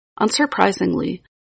Unsurprisingly